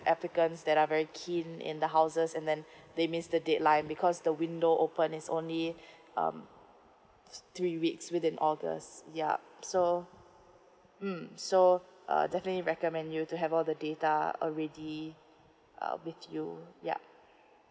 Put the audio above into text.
applicants that are very keen in the houses and then they miss the deadline because the window open is only um three weeks within august yup so mm so uh definitely recommend you to have all the data already uh with you yup